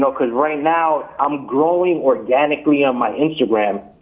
so cause right now, i'm growing organically on my instagram.